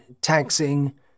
taxing